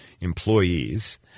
employees